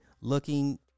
looking